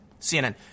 CNN